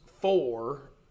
four